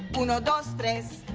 uno, dos,